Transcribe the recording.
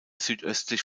südöstlich